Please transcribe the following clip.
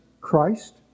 Christ